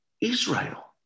Israel